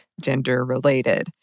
gender-related